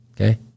Okay